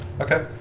Okay